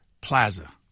Plaza